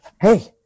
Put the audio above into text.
Hey